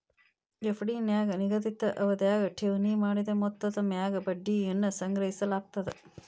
FD ನ್ಯಾಗ ನಿಗದಿತ ಅವಧ್ಯಾಗ ಠೇವಣಿ ಮಾಡಿದ ಮೊತ್ತದ ಮ್ಯಾಗ ಬಡ್ಡಿಯನ್ನ ಸಂಗ್ರಹಿಸಲಾಗ್ತದ